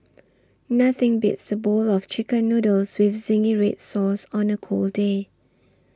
nothing beats a bowl of Chicken Noodles with Zingy Red Sauce on a cold day